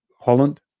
Holland